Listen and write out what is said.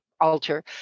altar